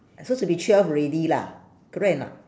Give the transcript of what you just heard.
so should be twelve already lah correct or not